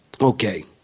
Okay